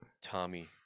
Tommy